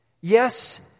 yes